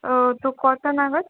তো কটা নাগাদ